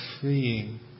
freeing